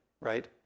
right